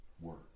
work